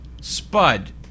Spud